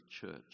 church